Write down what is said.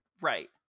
right